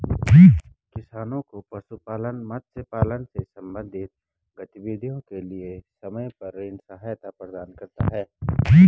किसानों को पशुपालन, मत्स्य पालन से संबंधित गतिविधियों के लिए समय पर ऋण सहायता प्रदान करता है